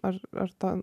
ar ar ten